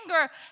anger